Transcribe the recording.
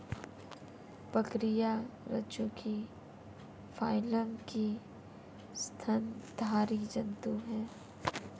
बकरियाँ रज्जुकी फाइलम की स्तनधारी जन्तु है